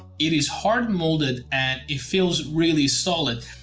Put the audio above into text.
it is hard molded and it feels really solid.